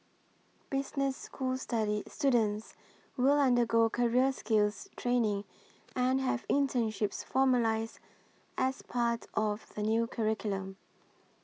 business school study students will undergo career skills training and have internships formalised as part of the new curriculum